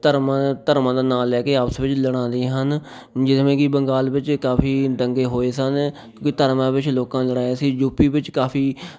ਧਰਮਾਂ ਧਰਮਾਂ ਦਾ ਨਾਂ ਲੈ ਕੇ ਆਪਸ ਵਿੱਚ ਲੜਾਉਂਦੀਆਂ ਹਨ ਜਿਵੇਂ ਕਿ ਬੰਗਾਲ ਵਿੱਚ ਕਾਫ਼ੀ ਦੰਗੇ ਹੋਏ ਸਨ ਕਿਉਂਕਿ ਧਰਮਾਂ ਵਿੱਚ ਲੋਕਾਂ ਲੜਾਇਆ ਸੀ ਯੂ ਪੀ ਵਿੱਚ ਕਾਫ਼ੀ